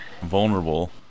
vulnerable